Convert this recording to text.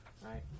right